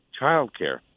childcare